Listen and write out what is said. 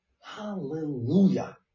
Hallelujah